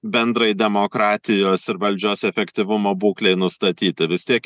bendrai demokratijos ir valdžios efektyvumo būklei nustatyti vis tiek